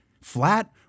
flat